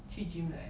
去 gym leh